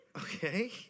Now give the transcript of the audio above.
Okay